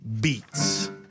beats